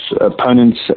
opponents